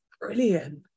brilliant